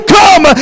come